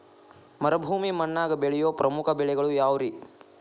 ಮರುಭೂಮಿ ಮಣ್ಣಾಗ ಬೆಳೆಯೋ ಪ್ರಮುಖ ಬೆಳೆಗಳು ಯಾವ್ರೇ?